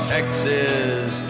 Texas